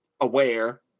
aware